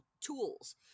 tools